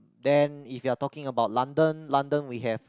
then if you are talking about London London we have